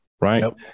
Right